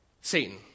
Satan